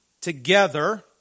together